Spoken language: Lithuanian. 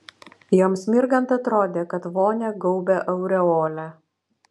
joms mirgant atrodė kad vonią gaubia aureolė